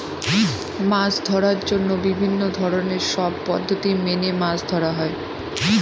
মাছ ধরার জন্য বিভিন্ন ধরনের সব পদ্ধতি মেনে মাছ ধরা হয়